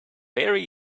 very